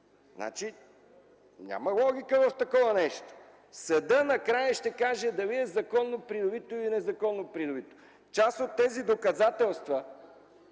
Няма логика в такова нещо. Съдът накрая ще каже дали е законно придобито или незаконно придобито. Част от тези доказателства